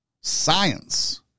science